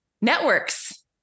networks